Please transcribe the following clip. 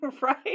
right